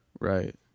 right